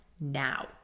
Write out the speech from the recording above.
now